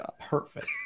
Perfect